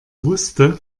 wusste